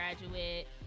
graduate